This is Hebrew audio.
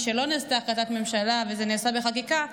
משלא נעשתה החלטת ממשלה וזה נעשה בחקיקה,